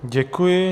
Děkuji.